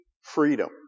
freedom